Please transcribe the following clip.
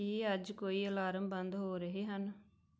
ਕੀ ਅੱਜ ਕੋਈ ਅਲਾਰਮ ਬੰਦ ਹੋ ਰਹੇ ਹਨ